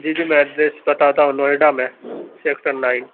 جی جی میں ایڈریس بتا تا ہوں نوئیڈا میں سیکٹر نائن